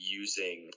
using